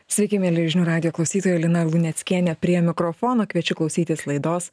sveiki mieli žinių radijo klausytojai lina luneckienė prie mikrofono kviečiu klausytis laidos